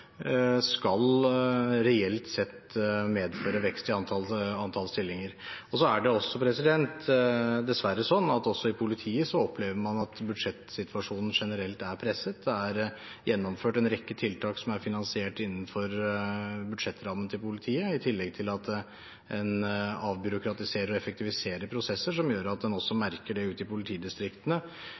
reelt sett skal medføre vekst i antall stillinger. Det er dessverre slik at man også i politiet opplever at budsjettsituasjonen generelt er presset. Det er gjennomført en rekke tiltak som er finansiert innenfor budsjettrammen til politiet, i tillegg til at en avbyråkratiserer og effektiviserer prosesser, noe som gjør at en også merker det ute i politidistriktene.